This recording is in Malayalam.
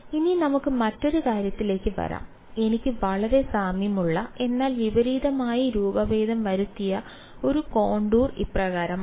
ഇനി നമുക്ക് മറ്റൊരു കാര്യത്തിലേക്ക് വരാം എനിക്ക് വളരെ സാമ്യമുള്ള എന്നാൽ വിപരീതമായി രൂപഭേദം വരുത്തിയ ഒരു കോണ്ടൂർ ഇപ്രകാരമാണ്